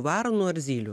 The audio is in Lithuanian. varnų ar zylių